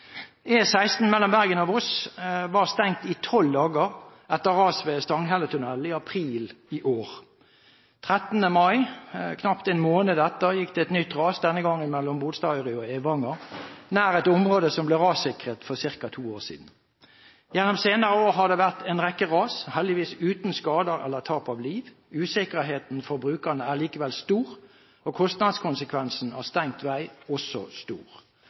E16 mellom Bergen og Voss var stengt i tolv dager etter ras ved Stanghelletunnelen i april i år. Den 13. mai, knapt en måned etter, gikk det et nytt ras, denne gangen mellom Bolstadøyri og Evanger – nær et område som ble rassikret for ca. to år siden. Gjennom de senere år har det vært en rekke ras, men heldigvis uten skader eller tap av liv. Usikkerheten for brukerne er likevel stor, og kostnadskonsekvensene av stengt vei er også